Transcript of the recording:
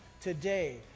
today